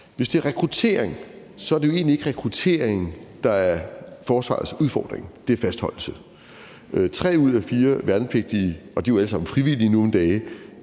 Hvis det er rekruttering, er det jo egentlig ikke rekrutteringen, der er forsvarets udfordring. Det er fastholdelse. Tre ud af fire værnepligtige – og de er jo alle sammen frivillige nu om dage